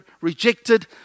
rejected